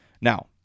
Now